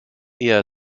eher